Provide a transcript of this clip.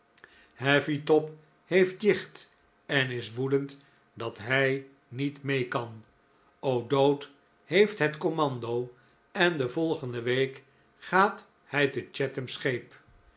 heavytop heeft jicht en is woedend dat hij niet mee kan o'dowd heeft het commando en de volgende week gaan wij te chatham scheep